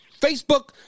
Facebook